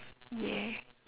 yeah